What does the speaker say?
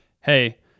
Hey